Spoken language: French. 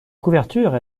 couverture